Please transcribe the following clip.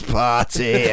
party